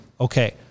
Okay